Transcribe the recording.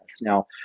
Now